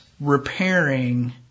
repairing